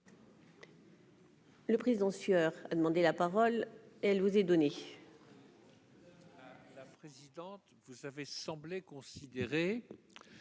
Le président a demandé la parole, elle vous est donnée.